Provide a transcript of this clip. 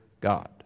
God